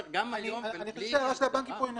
לכן אני אומר שההערה של הבנקים פה היא נכונה,